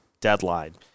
deadline